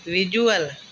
visual